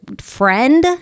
friend